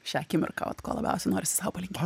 šią akimirką vat ko labiausiai nori sau palinkėt